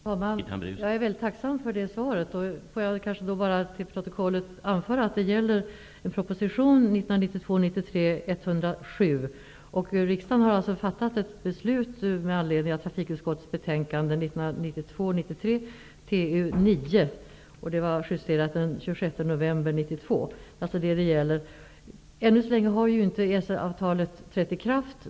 Herr talman! Jag är mycket tacksam för det svaret. Jag vill till protokollet bara anföra att det gäller proposition 1992 93:TU9, vilket justerades den 26 Ännu så länge har ju inte EES-avtalet trätt i kraft.